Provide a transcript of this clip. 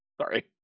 Sorry